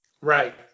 Right